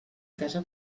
casa